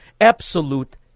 Absolute